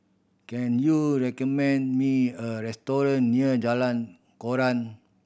can you recommend me a restaurant near Jalan Koran